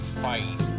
fight